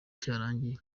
cyarangiye